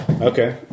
Okay